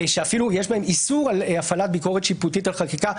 ואפילו יש בהן איסור על הפעלת ביקורת שיפוטית על חקיקה.